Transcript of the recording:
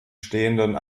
stehenden